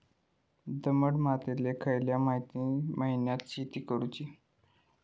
दमट मातयेत खयल्या महिन्यात शेती करुची?